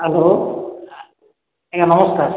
hello ଆଜ୍ଞା ନମସ୍କାର